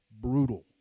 brutal